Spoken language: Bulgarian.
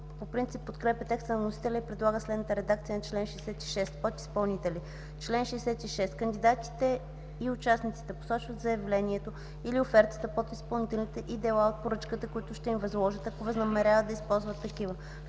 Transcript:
по принцип текста на вносителя и предлага следната редакция на чл. 66: „Подизпълнители Чл. 66. (1) Кандидатите и участниците посочват в заявлението или офертата подизпълнителите и дела от поръчката, който ще им възложат, ако възнамеряват да използват такива.